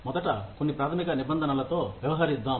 మొదట కొన్ని ప్రాథమిక నిబంధనలతో వ్యవహరిద్దాం